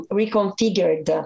reconfigured